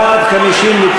בעד, 59,